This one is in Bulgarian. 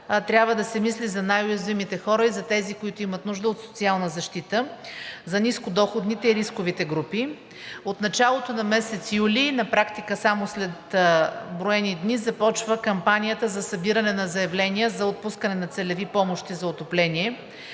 трябва да се мисли за най-уязвимите хора и за тези, които имат нужда от социална защита, за нискодоходните и рисковите групи. От началото на месец юли, на практика само след броени дни, започва кампанията за събиране на заявления за отпускане на целеви помощи за отопление.